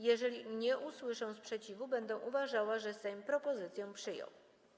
Jeżeli nie usłyszę sprzeciwu, będę uważała, że Sejm propozycję przyjął.